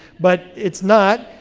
but it's not.